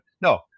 no